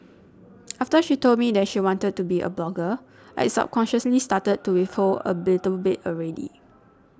after she told me that she wanted to be a blogger I subconsciously started to withhold a bitten bit already